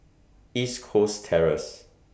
East Coast Terrace